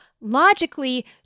logically